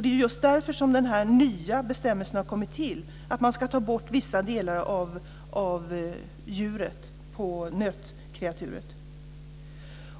Det är just därför som den nya bestämmelsen om att man ska ta bort vissa delar på nötkreaturet har